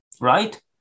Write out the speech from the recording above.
right